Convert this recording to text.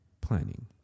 planning